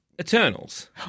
Eternals